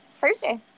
Thursday